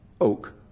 oak